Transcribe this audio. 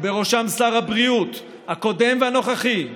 ובראשם שר הבריאות הקודם והנוכחי,